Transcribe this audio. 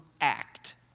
act